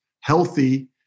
healthy